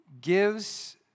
gives